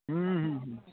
हूँ हूँ हूँ